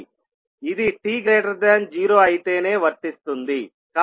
ఇది t0 అయితేనే వర్తిస్తుంది